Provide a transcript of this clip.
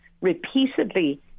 repeatedly